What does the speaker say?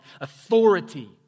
authority